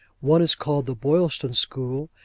one is called the boylston school,